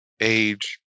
age